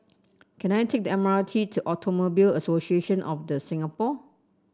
can I take the M R T to Automobile Association of The Singapore